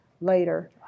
later